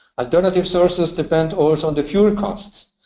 alternative sources depend also on the fuel costs.